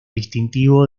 distintivo